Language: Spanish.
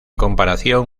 comparación